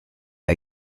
are